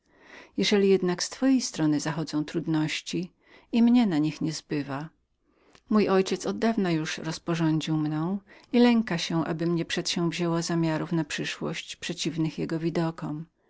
jeżeli jednak z twojej strony zachodzą trudności i mnie na nich nie zbywa mój ojciec oddawna już rozrządził mną i lęka się abym nie przedsięwzięła zamiarów małżeńskich przeciwnych jego widokom